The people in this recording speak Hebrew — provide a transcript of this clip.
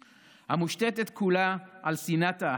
המושתתת כולה על שנאת האחר,